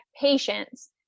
patients